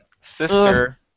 sister